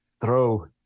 throw